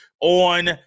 on